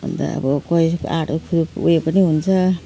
अन्त अब कोही आठ फुट उयो पनि हुन्छ